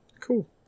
cool